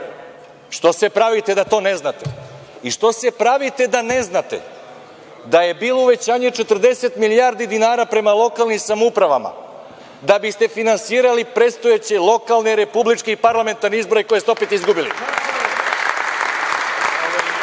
Što se pravite da to ne znate i što se pravite da ne znate da je bilo uvećanje 40 milijardi dinara prema lokalnim samoupravama, da biste finansirali predstojeće lokalne, republičke i parlamentarne izbore koje ste opet izgubili? Da